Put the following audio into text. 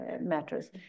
matters